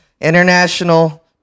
international